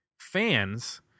fans